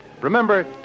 Remember